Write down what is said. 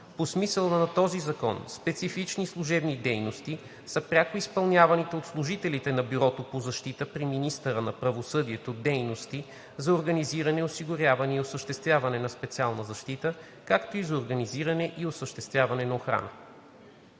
По смисъла на този закон „специфични служебни дейности“ са пряко изпълняваните от служителите на Бюрото по защита при министъра на правосъдието дейности за организиране, осигуряване и осъществяване на специална защита, както и за организиране и осъществяване на охрана.“